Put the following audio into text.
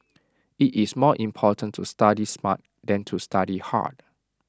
IT is more important to study smart than to study hard